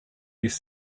youth